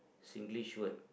Singlish word